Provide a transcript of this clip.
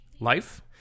life